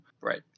Right